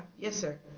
yes sir?